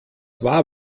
war